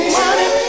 money